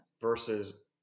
versus